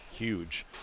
huge